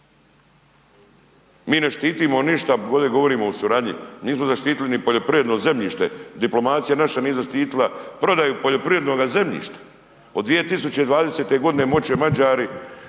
Mi ne štitimo ništa, bolje govorimo o suradnji, nismo zaštitili ni poljoprivredno zemljište, diplomacija naša nije zaštitila prodaju poljoprivrednoga zemljišta od 2020. godine moći će Mađari,